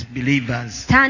believers